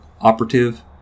operative